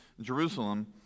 Jerusalem